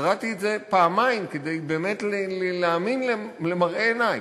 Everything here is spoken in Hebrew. וקראתי את זה פעמיים, כדי באמת להאמין למראה עיני.